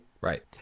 Right